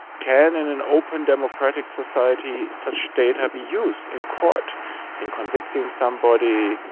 can in an open democratic society such data be used in court in convicting somebody,